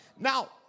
Now